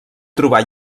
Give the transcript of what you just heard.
trobar